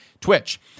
Twitch